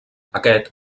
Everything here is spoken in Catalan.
aquest